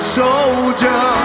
soldier